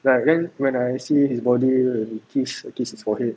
like then when I see his body he kiss kissed his forehead